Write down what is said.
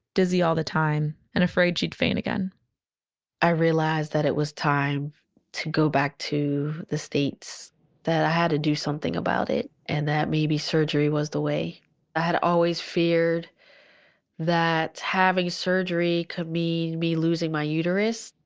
dizzy all the time and afraid she'd faint again i realized that it was time to go back to the states that i had to do something about it. and that maybe surgery was the way i had always feared that having surgery could mean me losing my uterus.